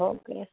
હો કે